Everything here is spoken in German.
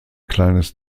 kleines